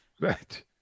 right